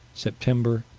september,